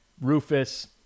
Rufus